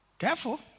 Careful